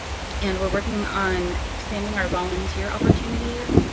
and we are working on expanding our volunteer opportunities